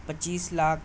پچیس لاکھ